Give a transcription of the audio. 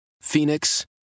Phoenix